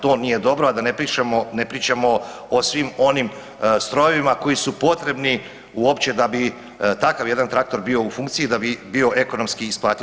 To nije dobro, a da ne pričamo o svim onim strojevima koji su potrebi uopće da bi takav jedan traktor bio u funkciji, da bi bio ekonomski isplativ.